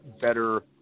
better